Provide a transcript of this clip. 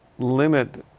limit.